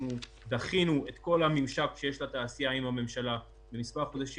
דחינו את כל הממשק שיש לתעשייה עם הממשלה במספר חודשים.